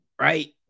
right